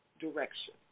direction